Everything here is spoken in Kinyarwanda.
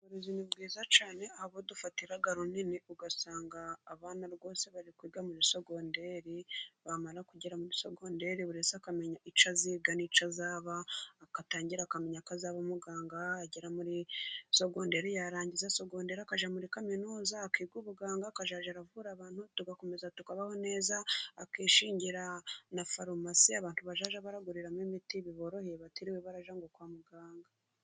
Ubuzima ni bwiza cyane abo budufatira runini ugasanga abana rwose bari kwiga muri sogonderi, bamara kugera muri sogondere buri wese akamenya icyo aziga n'icyo azaba atangira akamenya ko azaba umuganga agera muri sogonderi, yarangiza sogonderi akajya muri kaminuza akiga ubuganga ,akazajya avura abantu, tugakomeza tukabaho neza akishingira na farumasi abantu bajye baguriramo imiti biborohyee batiriwe barajya ngo kwa muganga.